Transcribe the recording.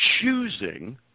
choosing